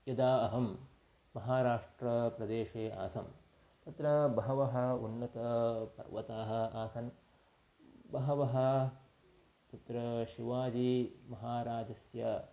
यदा अहं महाराष्ट्रप्रदेशे आसम् तत्र बहवः उन्नत पर्वताः आसन् बहवः तत्र शिवाजी महाराजस्य